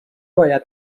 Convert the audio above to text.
باید